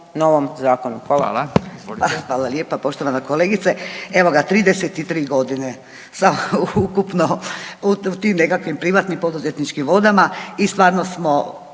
Hvala